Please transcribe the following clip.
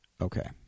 Okay